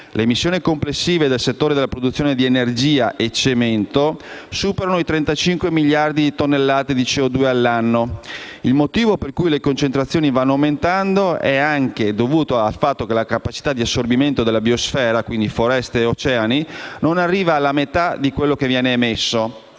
Le emissioni complessive dal settore della produzione di energia e cemento superano i 35 miliardi di tonnellate di CO2 all'anno. Il motivo per cui le concentrazioni vanno aumentando è anche dovuto al fatto che la capacità di assorbimento della biosfera - foreste e oceani - non arriva alla metà di quello che viene emesso,